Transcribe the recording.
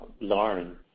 learn